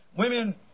Women